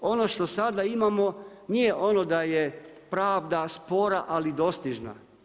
Ono što sada imamo nije ono da je pravda spora ali dostižna.